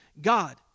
God